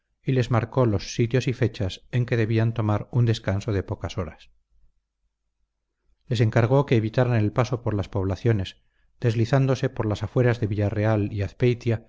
y les marcó los sitios y fechas en que debían tomar un descanso de pocas horas les encargó que evitaran el paso por las poblaciones deslizándose por las afueras de villarreal y